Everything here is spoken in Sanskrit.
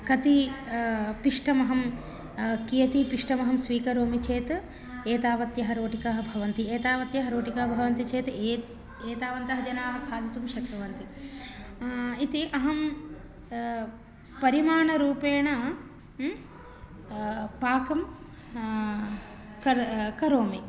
कति पिष्टमहं कियत् पिष्टमहं स्वीकरोमि चेत् एतावत्यः रोटिकाः भवन्ति एतावत्यः रोटिकाः भवन्ति चेत् एत् एतावन्तः जनाः खादितुं शक्नुवन्ति इति अहं परिमाणरूपेण पाकं कर् करोमि